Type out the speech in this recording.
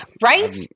Right